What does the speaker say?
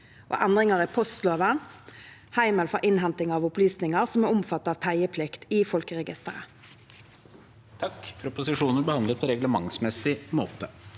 Endringar i postloven (heimel for innhenting av opplysningar som er omfatta av teieplikt i Folkeregisteret)